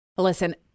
Listen